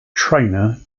trainer